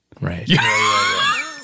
right